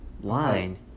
Line